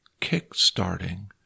kick-starting